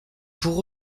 pour